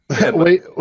Wait